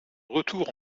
retour